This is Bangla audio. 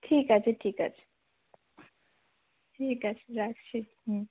ঠিক আছে ঠিক আছে ঠিক আছে রাখছি হুম